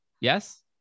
Yes